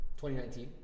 2019